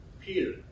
Peter